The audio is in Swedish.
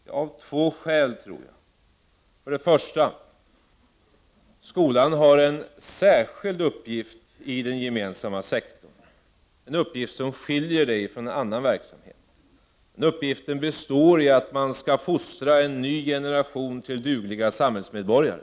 Ja, det behövs av två skäl. För det första har skolan en särskild uppgift i den gemensamma sektorn, en uppgift som skiljer den från annan verksamhet. Den uppgiften består i att skolan skall fostra en ny generation till dugliga samhällsmedborgare.